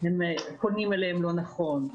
פונים אליהם לא נכון,